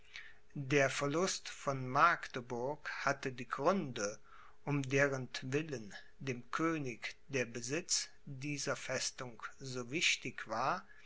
der verlust von magdeburg hatte die gründe um derentwillen dem könig der besitz dieser festung so wichtig war